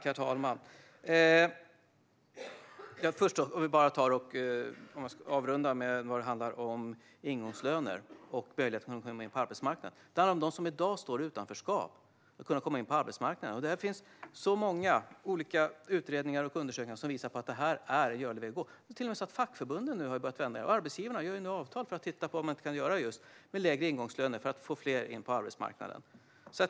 Herr talman! Jag vill först avrunda diskussionen om ingångslöner och möjligheten att komma in på arbetsmarknaden. Det handlar om att de som i dag står i utanförskap ska kunna komma in på arbetsmarknaden. Det finns många olika utredningar och undersökningar som visar att det här är en möjlig väg att gå. Det är till och med så att fackförbunden nu har börjat vända. Arbetsgivarna gör nu avtal för att titta på om man inte kan ha lägre ingångslöner för att få in fler på arbetsmarknaden.